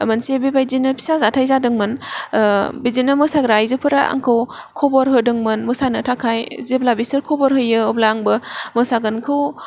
मोनसे बेबादिनो फिसा जाथाय जादोंमोन बिदिनो मोसाग्रा आइजोफोरा आंखौ खबर होदोंमोन मोसानो थाखाय जेब्ला बिसोर खबर होयो अब्ला आंबो मोसागोनखौ